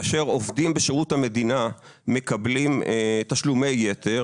כאשר עובדים בשירות המדינה מקבלים תשלומי יתר